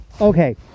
Okay